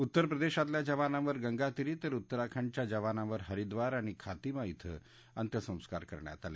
उत्तर प्रदेशातल्या जवानांवर गंगातीरी तर उत्तराखंडच्या जवानांवर हरिद्वार आणि खातिमा िं अंत्यसंस्कार करण्यात आले